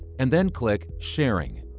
and then click sharing.